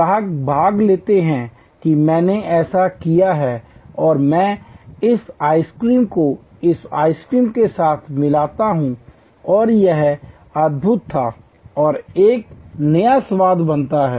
ग्राहक भाग लेते हैं कि मैंने ऐसा किया है और मैं इस आइसक्रीम को इस आइसक्रीम के साथ मिलाता हूं और यह अद्भुत था और एक नया स्वाद बनता है